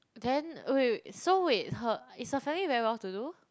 then wait wait wait so wait her is her family very well to do